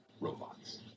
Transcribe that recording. robots